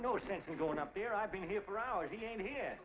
no sense in going up there i've been here for hours being here